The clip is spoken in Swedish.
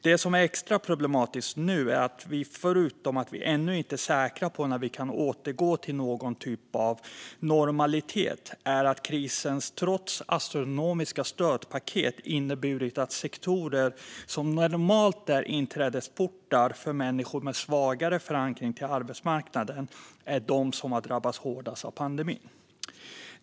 Det som är extra problematiskt nu, förutom att vi ännu inte är säkra på när vi kan återgå till någon typ av normalitet, är att krisen trots astronomiska stödpaket inneburit att sektorer som normalt är inträdesportar för människor med svagare förankring till arbetsmarknaden är de som har drabbats hårdast av pandemin.